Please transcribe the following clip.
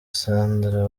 sandra